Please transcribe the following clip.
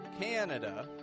Canada